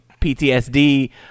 PTSD